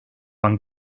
banc